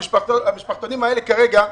המשפחתונים האלה כרגע,